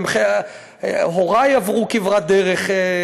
הורי עברו כברת דרך.